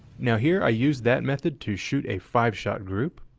now here i use that method to shoot a five shot group.